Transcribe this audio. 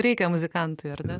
reikia muzikantui ar ne